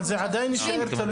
אבל זה עדיין יישאר תלוי בנסיבות.